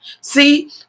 See